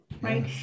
right